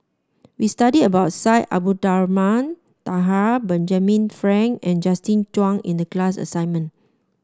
we studied about Syed Abdulrahman Taha Benjamin Frank and Justin Zhuang in the class assignment